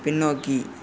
பின்னோக்கி